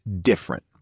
different